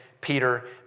Peter